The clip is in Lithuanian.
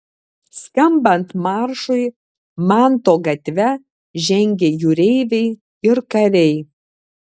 skambant maršui manto gatve žengė jūreiviai ir kariai